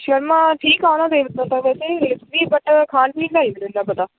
ਸ਼ਰਮਾ ਠੀਕ ਆ ਉਹਨਾਂ ਦੇ ਮਤਲਬ ਇੱਕ ਤਾਂ ਵੈਸੇ ਰੇਟਸ ਵੀ ਬਟ ਖਾਣ ਪੀਣ ਦਾ ਨਹੀਂ ਮੈਨੂੰ ਇੰਨਾ ਪਤਾ